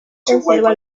conserva